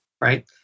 right